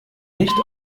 nicht